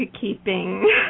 Keeping